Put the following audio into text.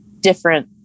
different